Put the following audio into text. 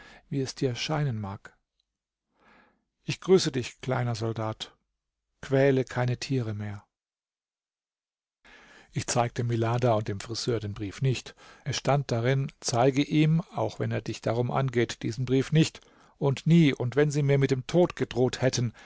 wie es dir scheinen mag ich zeigte milada und dem friseur den brief nicht es stand darin zeige ihm auch wenn er dich darum angeht diesen brief nicht und nie und wenn sie mir mit dem tod gedroht hätten